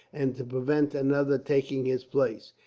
and to prevent another taking his place.